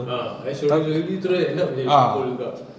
ah terus end up jadi pukul pula